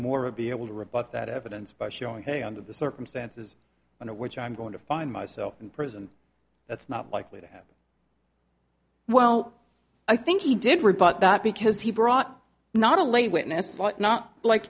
more of be able to rebut that evidence by showing hey under the circumstances under which i'm going to find myself in prison that's not likely to well i think he did rebut that because he brought not a late witness like not like